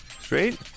Straight